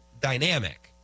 dynamic